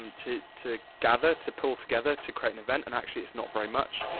um to to gather, to pull together, to create an event, and actually it's not very much.